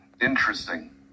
Interesting